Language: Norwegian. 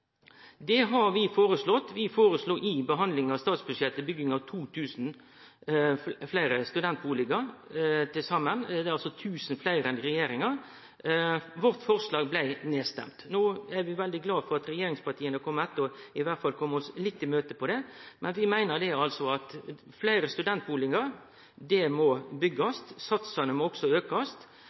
Det har vi foreslått. Under behandlinga av statsbudsjettet foreslo vi bygging av til saman 2 000 fleire studentbustader. Det er altså 1 000 fleire bustader enn regjeringa har foreslått. Vårt forslag blei stemt ned. Vi er no veldig glade for at regjeringspartia har kome etter og iallfall kjem oss litt i møte på det, men vi meiner altså at vi må byggje fleire studentbustader, og at vi må auke satsane. Det